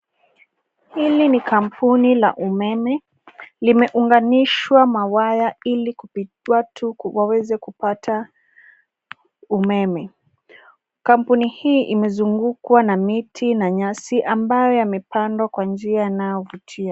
Hili ni kampuni la umeme limeunganishwa mawaya ili watu waweze kupata umeme. Kampuni hii imezungukwa na miti na nyasi ambayo yamepandwa kwa njia inayovutia.